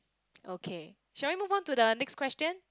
okay should I move on to the next question